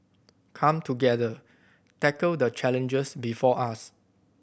come together tackle the challenges before us